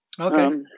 Okay